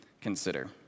consider